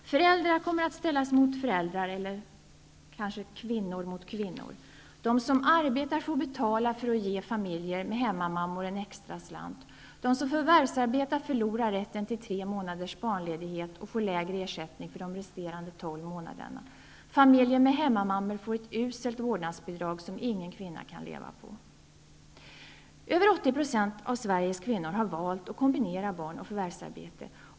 Föräldrar kommer att ställas mot föräldrar, och kvinnor ställs kanske mot kvinnor. De som arbetar får betala för att ge familjer med hemmamammor en extraslant. De som förvärvsarbetar förlorar rätten till tre månaders barnledighet och får lägre ersättning för de resterande tolv månaderna. Familjer med hemmamammor får ett uselt vårdnadsbidrag som ingen kvinna kan leva på. Mer än 80 % av Sveriges kvinnor har valt att kombinera barn och förvärvsarbete.